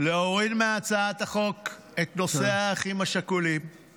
להוריד מהצעת החוק את נושא האחים השכולים -- תודה.